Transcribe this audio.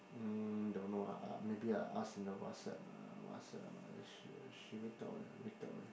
mm don't know ah maybe I ask in the Whatsapp ah Whatsapp ah she she wake up or not wake up already